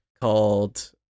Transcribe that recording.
called